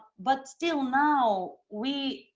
but still now we